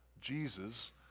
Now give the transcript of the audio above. Jesus